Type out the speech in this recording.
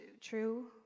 true